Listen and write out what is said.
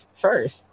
first